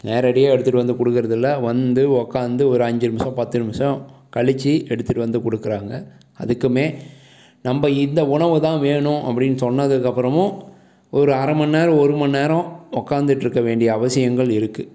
நேரடியாக எடுத்துகிட்டு வந்து கொடுக்கறதில்ல வந்து உக்காந்து ஒரு அஞ்சு நிமிஷம் பத்து நிமிஷம் கழிச்சு எடுத்துகிட்டு வந்து கொடுக்கறாங்க அதுக்குமே நம்ப இந்த உணவு தான் வேணும் அப்படின்னு சொன்னதுக்கப்புறமும் ஒரு அரை மண்நேரம் ஒரு மண்நேரம் உட்காந்துட்ருக்க வேண்டிய அவசியங்கள் இருக்கு